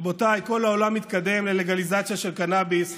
רבותיי, כל העולם מתקדם ללגליזציה של קנאביס,